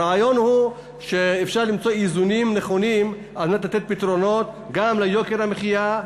הרעיון הוא שאפשר למצוא איזונים נכונים כדי לתת פתרונות גם ליוקר המחיה,